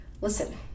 listen